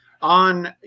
on